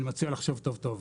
אני מציע לחשוב טוב טוב.